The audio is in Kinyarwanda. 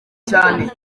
cyane